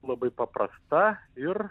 labai paprasta ir